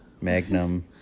Magnum